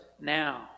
now